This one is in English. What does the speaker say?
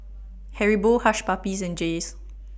Haribo Hush Puppies and Jays